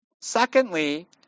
Secondly